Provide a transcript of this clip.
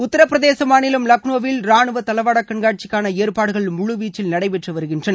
உத்தரபிரதேச மாநிலம் லக்னோவில் ராணுவ தளவாட கண்காட்சிக்கான ஏற்பாடுகள் முழுவீச்சில் நடைபெற்று வருகின்றன